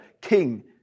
king